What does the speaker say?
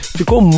ficou